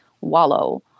wallow